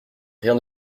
rien